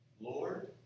Lord